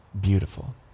beautiful